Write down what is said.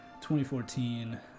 2014